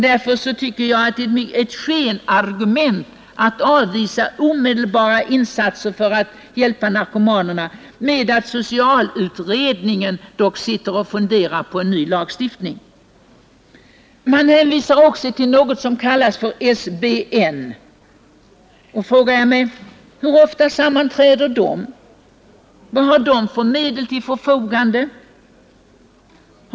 Det är skenargument att avvisa omedelbara insatser med hänvisning till att socialutredningen funderar på en ny lagstiftning. Utskottet hänvisar också till något som kallas för SBN. Då frågar jag: Hur ofta sammanträder detta samarbetsorgan för bekämpande av narkotikamissbruk? Vilka medel har det till sitt förfogande?